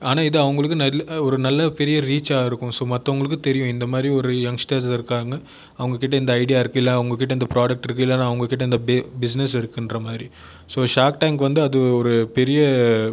ஆனால் இது அவங்களுக்கு ஒரு நல்ல பெரிய ரீச்சாக இருக்கும் சோ மற்றவங்களுக்கு தெரியும் இந்த மாதிரி ஒரு யங்ஸ்டர்ஸ் இருக்காங்க அவங்ககிட்டே இந்த ஐடியா இருக்குது இல்லை அவங்ககிட்ட இந்த ப்ரோடக்ட் இருக்குது இல்லைனா அவங்ககிட்டே இந்த பிஸ்னெஸ் இருக்கின்ற மாதிரி சோ ஷார்க் டேங்க் வந்து அது ஒரு பெரிய